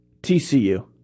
TCU